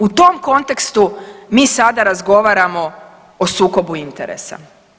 U tom kontekstu mi sada razgovaramo o sukobu interesa.